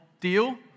deal